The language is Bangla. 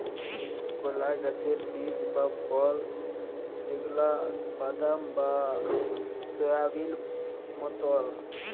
কলা গাহাচের বীজ বা ফল যেগলা বাদাম বা সয়াবেল মতল